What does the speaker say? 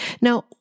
Now